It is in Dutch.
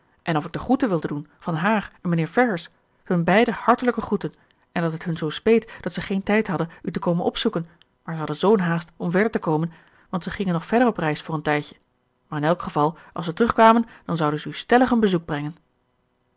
en of ik de groeten wilde doen van haar en mijnheer ferrars hun beider hartelijke groeten en dat het hun zoo speet dat ze geen tijd hadden u te komen opzoeken maar ze hadden zoo'n haast om verder te komen want ze gingen nog verder op reis voor een tijdje maar in elk geval als ze terugkwamen dan zouden ze u stellig een bezoek brengen